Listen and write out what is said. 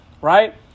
right